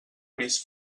gris